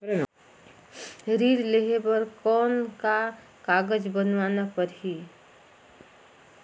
ऋण लेहे बर कौन का कागज बनवाना परही?